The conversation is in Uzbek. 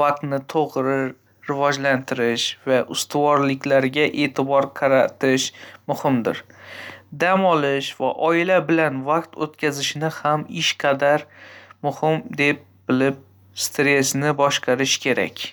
vaqtni to‘g‘ri rejalashtirish va ustuvorliklarga e’tibor qaratish muhimdir. Dam olish va oila bilan vaqt o‘tkazishni ham ish qadar muhim deb bilib, stressni boshqarish kerak.